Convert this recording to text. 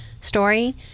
story